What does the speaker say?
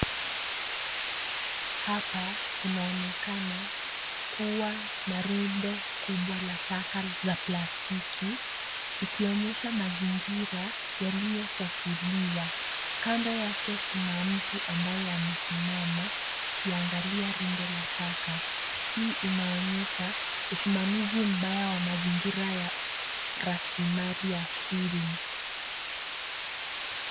Hapa kunaonekana kuwa na rundo kubwa la taka la plastiki ikionyesha mazingira yaliyochafuliwa. Kando yake kuna mtu ambaye amesimama akiangalia rundo la taka. Hii inaonyesha usimamizi mbaya wa mazingira ya rasilimali ya asili.